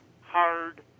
hard